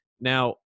now